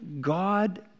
God